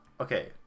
Okay